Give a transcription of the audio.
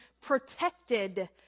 protected